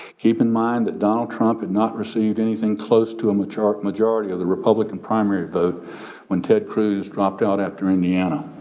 keep in mind that donald trump had not received anything close to a majority majority of the republican primary vote when ted cruz dropped out after indiana.